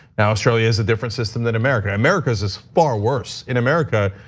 now surely is a different system than america. america is is far worse. in america